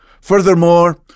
Furthermore